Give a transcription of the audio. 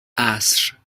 عصر